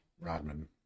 Rodman